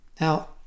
Now